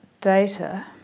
data